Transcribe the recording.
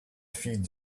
feeds